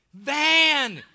van